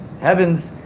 heavens